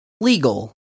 legal